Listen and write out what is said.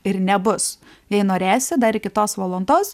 ir nebus jei norėsi dar iki tos valandos